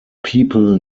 people